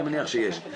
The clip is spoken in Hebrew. אני מניח שיש,